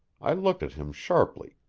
i looked at him sharply,